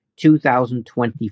2024